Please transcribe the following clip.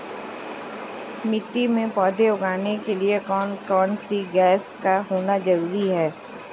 मिट्टी में पौधे उगाने के लिए कौन सी गैस का होना जरूरी है?